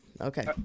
Okay